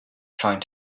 trying